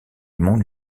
monde